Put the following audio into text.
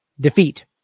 defeat